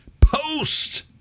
post